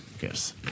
Yes